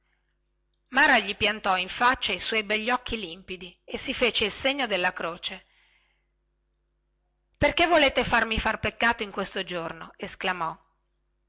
mara gli piantò in faccia i suoi begli occhioni neri neri e si fece il segno della croce perchè volete farmi far peccato in questo giorno esclamò